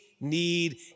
need